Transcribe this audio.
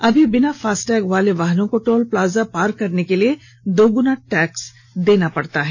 अभी बिना फास्टैग वाले वाहनों को टोल प्लाजा पार करने के लिए दोगुना टैक्स देना पड़ता है